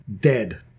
dead